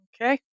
okay